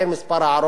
כבוד היושב-ראש.